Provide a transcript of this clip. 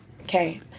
Okay